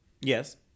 Yes